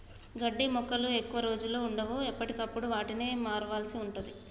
గడ్డి మొక్కలు ఎక్కువ రోజులు వుండవు, ఎప్పటికప్పుడు వాటిని మార్వాల్సి ఉంటది